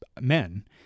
men